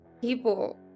people